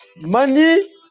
money